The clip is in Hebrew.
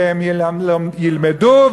שהם ילמדו,